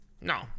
No